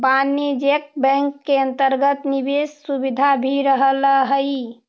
वाणिज्यिक बैंकिंग के अंतर्गत निवेश के सुविधा भी रहऽ हइ